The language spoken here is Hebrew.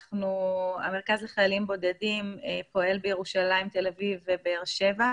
המרכז לחיילים בודדים פועל בירושלים תל אביב ובאר שבע.